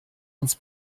uns